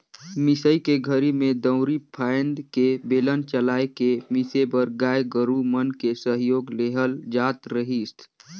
मिसई के घरी में दउंरी फ़ायन्द के बेलन चलाय के मिसे बर गाय गोरु मन के सहयोग लेहल जात रहीस